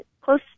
close